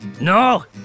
No